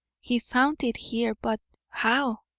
he found it here, but how